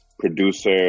Producer